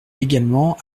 également